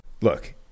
look